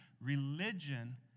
Religion